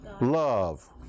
love